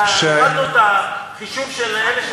כשלמדנו את החישוב שלהם,